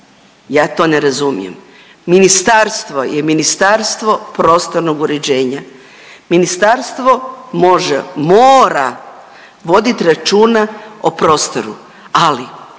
ja to ne razumijem, ministarstvo je Ministarstvo prostornog uređenja. Ministarstvo može, mora vodit računa o prostoru, ali